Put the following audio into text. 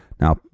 Now